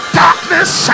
darkness